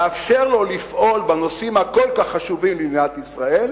לאפשר לו לפעול בנושאים הכל-כך חשובים למדינת ישראל